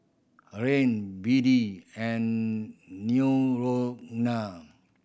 Rene B D and